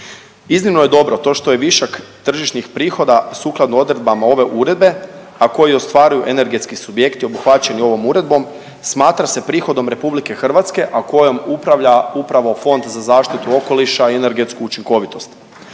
Iznimno je dobro to što je višak tržišnih prihoda sukladno odredbama ove uredbe a koji ostvaruju energetski subjekti obuhvaćeni ovom uredbom smatra se prihodom RH, a kojom upravlja upravo Fond za zaštitu okoliša i energetsku učinkovitost